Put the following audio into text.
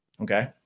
Okay